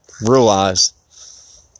realize